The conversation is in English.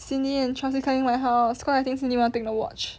cindy and chelsea coming my house cause I think cindy want to take the watch